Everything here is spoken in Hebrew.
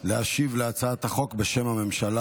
להשיב על הצעת החוק בשם הממשלה.